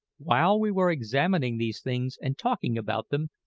while we were examining these things and talking about them,